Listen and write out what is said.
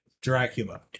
Dracula